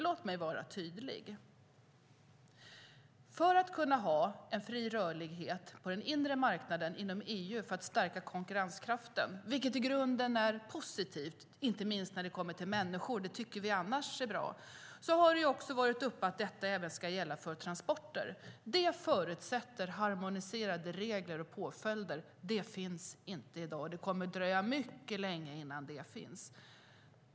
Låt mig dock vara tydlig: För att kunna ha en fri rörlighet på den inre marknaden inom EU för att stärka konkurrenskraften, vilket i grunden är positivt och något som vi människor tycker är bra, har man sagt att detta ska gälla även för transporter. Det förutsätter harmoniserade regler och påföljder. Det finns inte i dag. Det kommer att dröja mycket länge innan det finns.